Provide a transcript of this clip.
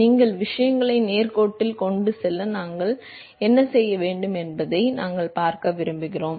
நீங்கள் விஷயங்களை நேர்கோட்டில் கொண்டு செல்ல நாங்கள் என்ன செய்ய முடியும் என்பதை நாங்கள் எப்போதும் பார்க்க விரும்புகிறோம்